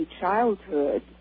childhood